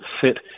fit